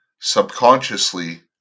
subconsciously